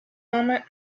moment